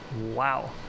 Wow